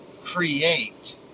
create